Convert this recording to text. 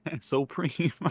Supreme